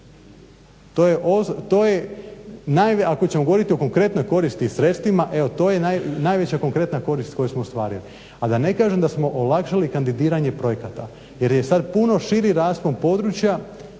To je ako ćemo govoriti o konkretnoj koristi i sredstvima evo to je najveća konkretna korist koju smo ostvarili, a da ne kažem da smo olakšali kandidiranje projekata jer je sad puno širi raspon područja